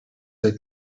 they